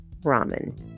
ramen